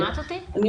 זה